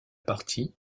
partie